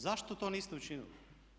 Zašto to niste učinili?